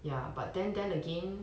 ya but then then again